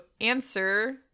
answer